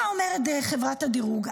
מה אומרת חברת הדירוג?